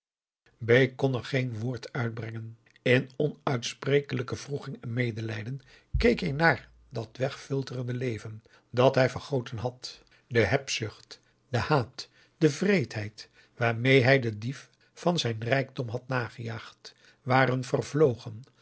kon er geen woord uitbrengen in onuitsprekelijke wroeging en medelijden keek hij naar dat wegfilterende leven dat hij veraugusta de wit orpheus in de dessa goten had de hebzucht de haat de wreedheid waarmee hij den dief van zijn rijkdom had nagejaagd waren vervlogen